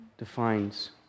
Defines